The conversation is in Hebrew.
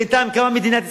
בינתיים קמה מדינת ישראל,